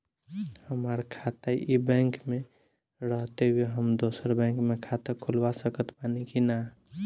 हमार खाता ई बैंक मे रहते हुये हम दोसर बैंक मे खाता खुलवा सकत बानी की ना?